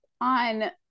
on